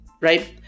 right